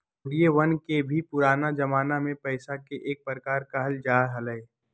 कौडियवन के भी पुराना जमाना में पैसा के एक प्रकार कहल जा हलय